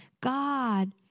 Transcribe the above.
God